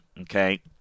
okay